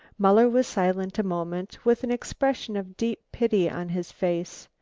muller was silent a moment, with an expression of deep pity on his face.